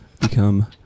become